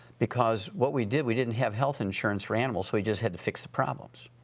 because what we did, we didn't have health insurance for animals so we just had to fix the problems.